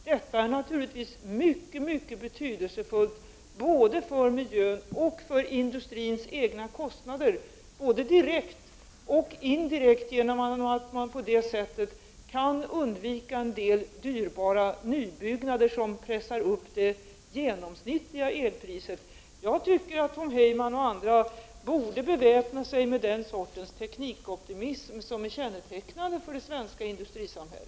Detta är naturligtvis mycket betydelsefullt för både miljön och industrins egna kostnader, såväl direkt som indirekt genom att en del nybyggnader som pressar upp det genomsnittliga elpriset undviks. Jag tycker att Tom Heyman och andra borde beväpna sig med den sortens teknikoptimism som är kännetecknande för det svenska industrisamhället.